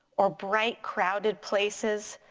or bright crowded places,